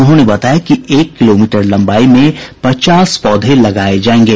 उन्होंने बताया कि एक किलोमीटर लम्बाई में पचास पौधे लगाये जायेंगे